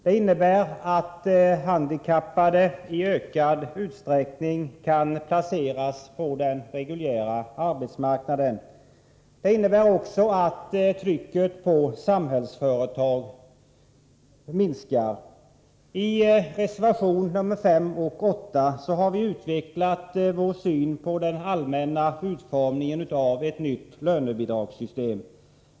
Det innebär att handikappade i ökad utsträckning kan placeras på den reguljära arbetsmarknaden. Det innebär också att trycket på Samhällsföretag minskar. I reservationerna nr5 och 8 har vi utvecklat vår syn på den allmänna utformningen av ett nytt lönebidragssystem.